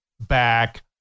back